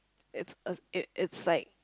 it's a it's it's like